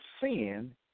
sin